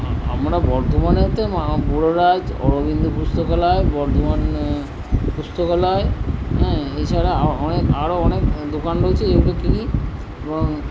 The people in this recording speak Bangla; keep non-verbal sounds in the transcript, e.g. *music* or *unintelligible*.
আমরা বর্ধমানেতে *unintelligible* রাজ অরবিন্দ পুস্তাকালয় বর্ধমান পুস্তাকালয় হ্যাঁ এছাড়া অনেক আরও অনেক দোকান রয়েছে এগুলো কিনি এবং